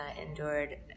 endured